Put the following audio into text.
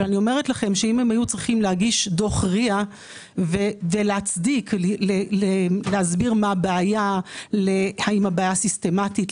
אבל אם היו צריכים להגיש דוח רי"ה ולהסביר מה הבעיה מבחינה סיסטמטית,